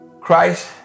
Christ